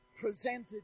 presented